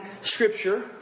scripture